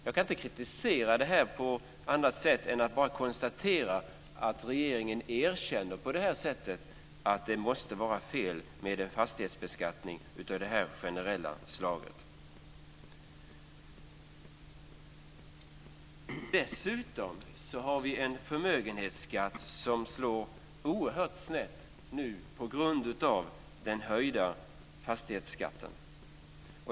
Jag kan inte kritisera detta på annat sätt än att bara konstatera att regeringen på det här viset erkänner att det måste vara fel med en fastighetsbeskattning av det här generella slaget. Dessutom har vi en förmögenhetsskatt som slår oerhört snett nu på grund av den höjda fastighetsskatten.